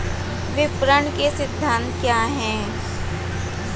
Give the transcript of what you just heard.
विपणन के सिद्धांत क्या हैं?